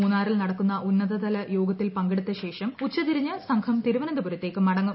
മൂന്നാറിൽ നടക്കുന്ന ഉന്നതതല യോഗത്തിൽ പങ്കെടുത്തശേഷം ഉച്ചതിരിഞ്ഞ് സംഘം തിരുവനന്തപുരത്തേക്ക് മടങ്ങും